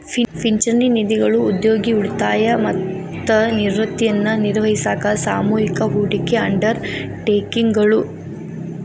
ಪಿಂಚಣಿ ನಿಧಿಗಳು ಉದ್ಯೋಗಿ ಉಳಿತಾಯ ಮತ್ತ ನಿವೃತ್ತಿಯನ್ನ ನಿರ್ವಹಿಸಾಕ ಸಾಮೂಹಿಕ ಹೂಡಿಕೆ ಅಂಡರ್ ಟೇಕಿಂಗ್ ಗಳು